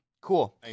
cool